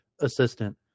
assistant